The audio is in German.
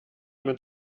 mit